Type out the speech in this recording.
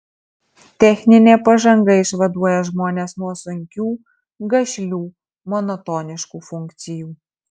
techninė pažanga išvaduoja žmones nuo sunkių gaišlių monotoniškų funkcijų